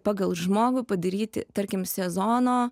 pagal žmogų padaryti tarkim sezono